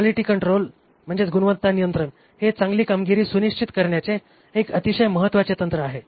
quality control गुणवत्ता नियंत्रण हे चांगली कामगिरी सुनिश्चित करण्याचे एक अतिशय महत्वाचे तंत्र आहे